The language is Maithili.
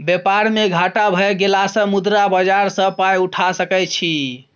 बेपार मे घाटा भए गेलासँ मुद्रा बाजार सँ पाय उठा सकय छी